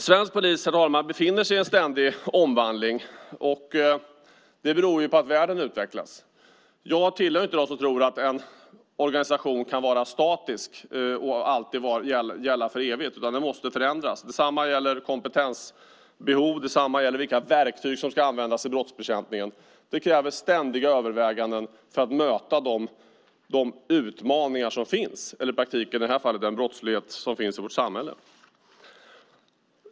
Svensk polis befinner sig i en ständig omvandling. Det beror på att världen utvecklas. Jag tillhör inte dem som tror att en organisation kan vara statisk och gälla för evigt, utan den måste förändras. Detsamma gäller kompetensbehov och vilka verktyg som ska användas i brottsbekämpningen. Det krävs ständiga överväganden för att man ska möta de utmaningar som finns, i detta fall i praktiken den brottslighet som finns i vårt samhälle.